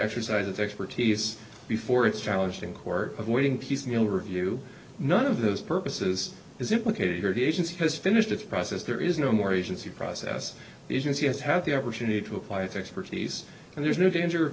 exercise its expertise before it's challenged in court avoiding piecemeal review none of those purposes is implicated here the agency has finished its process there is no more agency process is he has had the opportunity to apply its expertise and there's no danger